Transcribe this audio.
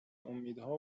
امیدها